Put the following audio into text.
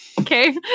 Okay